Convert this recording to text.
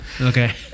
Okay